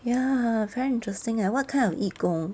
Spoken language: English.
ya very interesting leh what kind of 义工